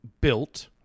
built